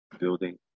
building